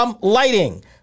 lighting